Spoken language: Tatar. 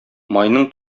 майның